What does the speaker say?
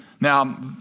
Now